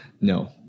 No